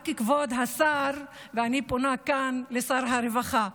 רק, כבוד השר, ואני פונה כאן לשר הרווחה,